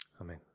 Amen